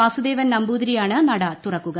വാസുദേവൻ നമ്പൂതിരിയാണ് നട തുറക്കുക